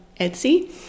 Etsy